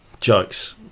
Jokes